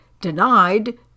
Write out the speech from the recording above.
denied